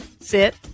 Sit